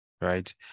right